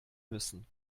müssen